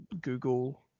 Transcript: google